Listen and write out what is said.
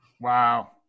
Wow